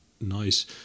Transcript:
nice